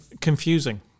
confusing